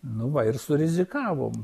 nu va ir surizikavom